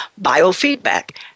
biofeedback